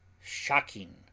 shocking